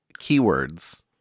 keywords